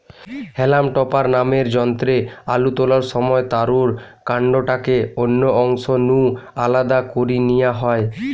হেলাম topper নামের যন্ত্রে আলু তোলার সময় তারুর কান্ডটাকে অন্য অংশ নু আলদা করি নিয়া হয়